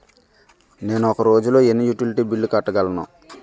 నేను ఒక రోజుల్లో ఎన్ని యుటిలిటీ బిల్లు కట్టగలను?